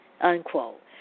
unquote